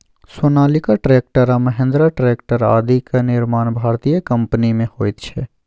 Sonalika tractor आ Mahindra tractor आदिक निर्माण भारतीय कम्पनीमे होइत छै